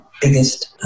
biggest